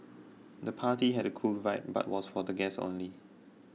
the party had a cool vibe but was for the guests only